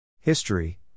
History